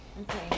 Okay